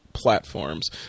platforms